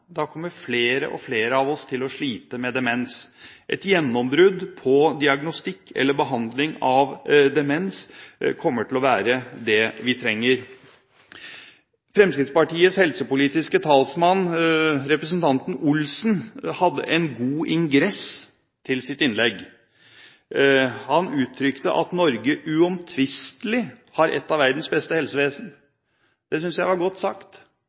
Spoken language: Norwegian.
Da kommer flere og flere av oss til å slite med demens. Et gjennombrudd på diagnostikk eller behandling av demens kommer til å være det vi trenger. Fremskrittspartiets helsepolitiske talsmann, representanten Per Arne Olsen, hadde en god ingress til sitt innlegg. Han uttrykte at Norge «uomtvistelig» har et av verdens beste helsevesen. Det synes jeg var godt sagt.